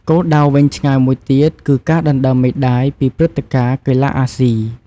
គោលដៅវែងឆ្ងាយមួយទៀតគឺការដណ្ដើមមេដាយពីព្រឹត្តិការណ៍កីឡាអាស៊ី។